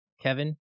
Kevin